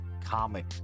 comic